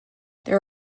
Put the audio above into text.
there